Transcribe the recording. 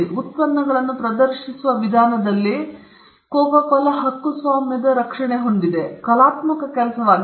ಉತ್ಪನ್ನಗಳನ್ನು ಪ್ರದರ್ಶಿಸುವ ವಿಧಾನದಲ್ಲಿ ಕೋಕಾ ಕೋಲಾ ಹಕ್ಕುಸ್ವಾಮ್ಯದ ರಕ್ಷಣೆ ಹೊಂದಿದೆ ಇದು ಕಲಾತ್ಮಕ ಕೆಲಸವಾಗಿದೆ